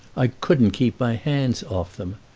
i couldn't keep my hands off them.